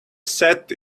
sat